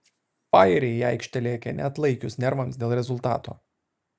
fajeriai į aikštę lėkė neatlaikius nervams dėl rezultato